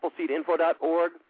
AppleseedInfo.org